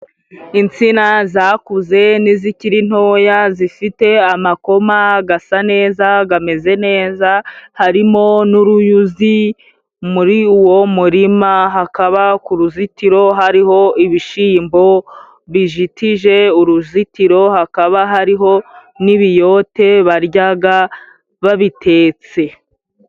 Insina zakuze n'izikiri ntoya zifite amakoma asa neza, ameze neza, harimo n'uruyuzi muri uwo murima, hakaba ku ruzitiro hariho ibishyimbo bijitije uruzitiro, hakaba hariho n'ibiyote barya babitetse.